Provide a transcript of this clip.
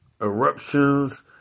eruptions